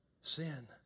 sin